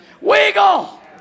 wiggle